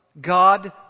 God